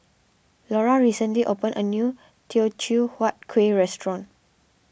Lora recently opened a new Teochew HuatKueh restaurant